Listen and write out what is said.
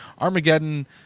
Armageddon